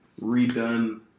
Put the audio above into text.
redone